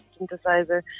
synthesizer